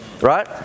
Right